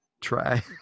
try